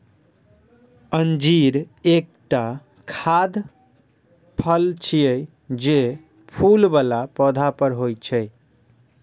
अंजीर एकटा खाद्य फल छियै, जे फूल बला पौधा पर होइ छै